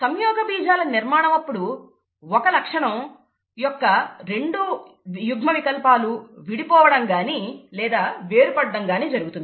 సంయోగబీజాల నిర్మాణమప్పుడు ఒక లక్షణం యొక్క రెండు యుగ్మవికల్పాలు విడిపోవడం గానీ లేదా వేరుపడటం గానీ జరుగుతుంది